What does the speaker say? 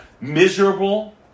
miserable